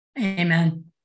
Amen